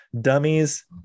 dummies